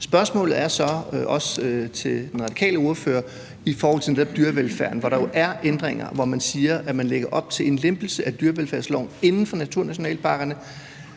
Spørgsmålet til den radikale ordfører er i forhold til det om dyrevelfærden, hvor der jo er ændringer, og hvor man siger, at man lægger op til en lempelse af dyrevelfærdsloven inden for naturnationalparkerne: